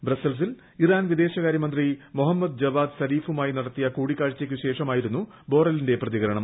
ബ്രസൽസിന് Iran വിദേശകാര്യമന്ത്രി Mohammad Javad സരീഫുമായി നടത്തിയ കൂടിക്കാഴ്ചയ്ക്ക് ശേഷമായിരുന്നു ബോറലിന്റെ പ്രതികരണം